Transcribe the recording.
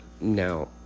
now